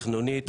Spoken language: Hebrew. תכנונית,